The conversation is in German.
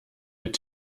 mit